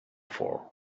for